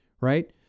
right